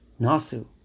Nasu